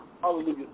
Hallelujah